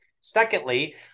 Secondly